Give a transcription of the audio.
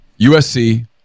USC